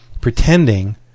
pretending